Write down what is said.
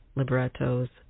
librettos